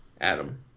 Adam